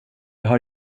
har